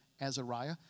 Azariah